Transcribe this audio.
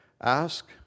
ask